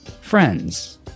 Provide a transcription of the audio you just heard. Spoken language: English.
friends